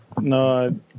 no